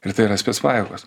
ir tai yra specpajėgos